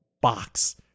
box